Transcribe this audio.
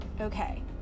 Okay